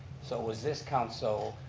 so it was this council